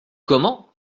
comment